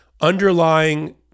underlying